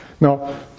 Now